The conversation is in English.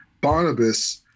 Barnabas